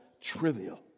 trivial